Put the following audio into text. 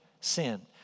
sin